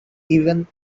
even